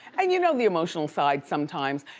and you know the emotional side sometimes.